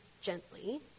gently